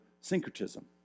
syncretism